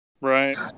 Right